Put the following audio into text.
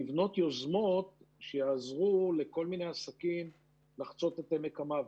לבנות יוזמות שיעזרו לכל מיני עסקים לחצות את עמק המוות,